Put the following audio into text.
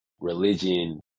religion